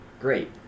great